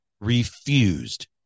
refused